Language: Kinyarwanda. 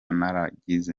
naragize